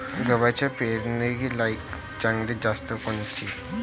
गव्हाची पेरनीलायक चांगली जात कोनची?